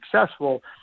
successful